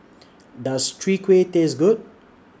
Does Chwee Kueh Taste Good